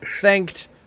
thanked